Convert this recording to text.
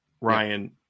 Ryan